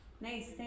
Nice